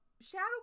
Shadow